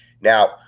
Now